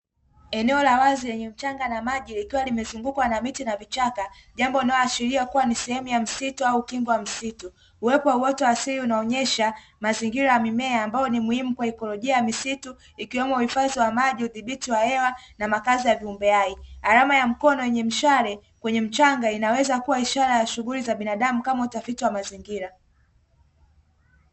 Eneo la wazi lenye mchanga na maji likiwa limezungukwa na miti na vichaka, jambo linaloashiria kuwa ni sehemu ya msitu au ukingo wa msitu. Uwepo wa uoto wa asili unaonyesha mazingira ya mimea ambayo ni muhimu kwa ikolojia ya misitu ikiwemo uhifadhi wa maji, udhibiti wa hewa na makazi ya viumbe hai, alama ya mkono wenye mshale kwenye mchanga inaweza kuwa ishara ya shughuli za binadamu kama utafiti wa mazingira.